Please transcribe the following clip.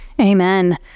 Amen